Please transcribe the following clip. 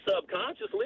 subconsciously